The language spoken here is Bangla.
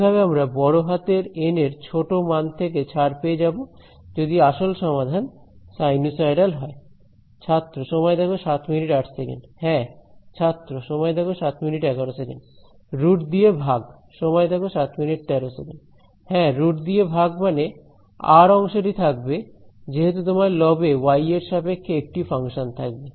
এইভাবে আমরা বড় হাতের এন এর ছোট মান থেকে ছাড় পেয়ে যাব যদি আসল সমাধান সাইনুসয়ডাল হয় হ্যাঁ রুট দিয়ে ভাগ হ্যাঁ রুট দিয়ে ভাগ মানে আর অংশ টি থাকবে যেহেতু তোমার লবে ওয়াই এর সাপেক্ষে একটা ফাংশন থাকবে